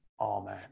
amen